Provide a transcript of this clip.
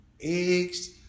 eggs